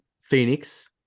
Phoenix